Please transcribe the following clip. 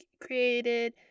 created